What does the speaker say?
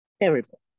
terrible